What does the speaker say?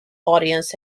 audience